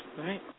Right